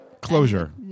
Closure